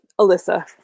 Alyssa